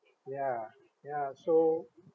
ya ya so